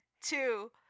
Two